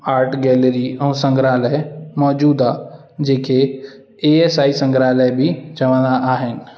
art gallery ऐं संग्रहालय मौजूदु आहे जेके ई एस आई संग्रहालय बि चवंदा आहिनि